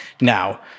Now